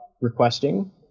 requesting